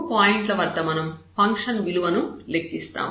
ఈ మూడు పాయింట్ల వద్ద మనం ఫంక్షన్ విలువలను లెక్కిస్తాము